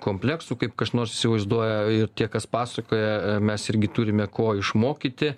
kompleksų kaip kas nors įsivaizduoja ir tie kas pasakoja mes irgi turime ko išmokyti